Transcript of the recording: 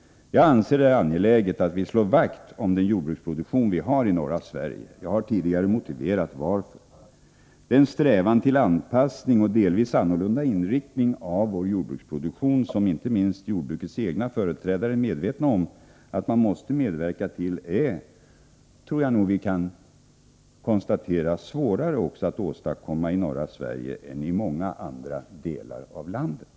Jag anser det angeläget att vi slår vakt om den jordbruksproduktion vi har i norra Sverige. Jag har tidigare motiverat varför. Den strävan till anpassning och delvis annorlunda inriktning av vår jordbruksproduktion som inte minst jordbrukets egna företrädare är medvetna om att man måste medverka till är, tror jag nog vi kan konstatera, dessutom svårare att åstadkomma i norra Sverige än i många andra delar av landet.